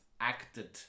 acted